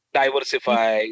diversify